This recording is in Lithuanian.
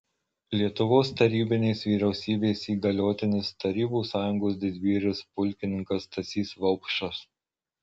lietuvos tarybinės vyriausybės įgaliotinis tarybų sąjungos didvyris pulkininkas stasys vaupšas